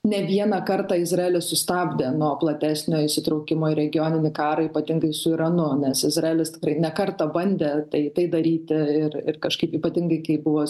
ne vieną kartą izraelis sustabdė nuo platesnio įsitraukimo į regioninį karą ypatingai su iranu nes izraelis tikrai ne kartą bandė tai tai daryti ir ir kažkaip ypatingai kai buvo